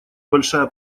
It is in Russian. большая